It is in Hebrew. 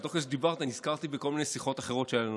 אבל תוך כדי שדיברת נזכרתי בכל מיני שיחות אחרות שהיו לנו,